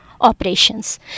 operations